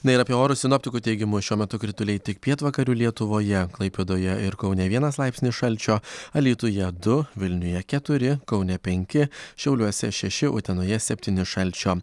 na ir apie orus sinoptikų teigimu šiuo metu krituliai tik pietvakarių lietuvoje klaipėdoje ir kaune vienas laipsnis šalčio alytuje du vilniuje keturi kaune penki šiauliuose šeši utenoje septyni šalčio